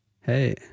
hey